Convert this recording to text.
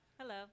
Hello